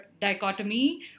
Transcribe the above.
dichotomy